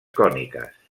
còniques